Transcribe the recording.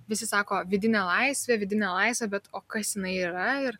visi sako vidinė laisvė vidinė laisvė bet o kas jinai yra ir